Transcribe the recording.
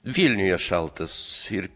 vilniuje šaltas ir